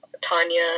Tanya